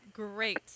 great